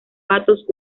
patos